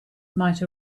might